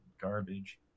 garbage